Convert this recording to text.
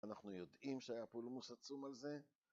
‫אנחנו יודעים שהיה פולמוס עצום על זה.